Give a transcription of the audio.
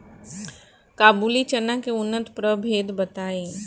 काबुली चना के उन्नत प्रभेद बताई?